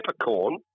Peppercorn